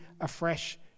afresh